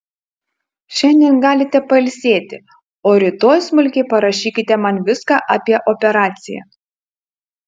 šiandien galite pailsėti o rytoj smulkiai parašykite man viską apie operaciją